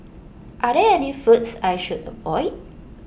are there any foods I should avoid